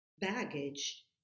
baggage